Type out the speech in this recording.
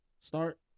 start